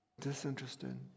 disinterested